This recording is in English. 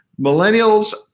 Millennials